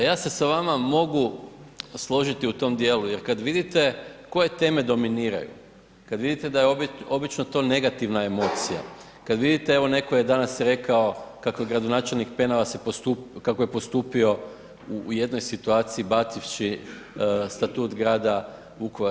Pa ja se s vama mogu složiti u tom dijelu jer kad vidite koje teme dominiraju, kada vidite da je obično to negativna emocija, kada vidite, evo netko je danas rekao kako gradonačelnik Penava, kako je postupio u jednoj situaciji bacivši Statut grada Vukovara.